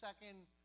second